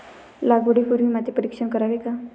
लागवडी पूर्वी माती परीक्षण करावे का?